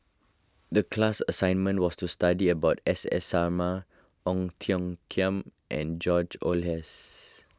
the class assignment was to study about S S Sarma Ong Tiong Khiam and George Oehlers